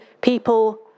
people